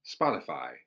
Spotify